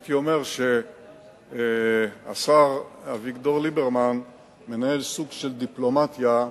הייתי אומר שהשר אביגדור ליברמן מנהל סוג של דיפלומטיה,